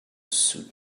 suit